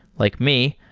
like me,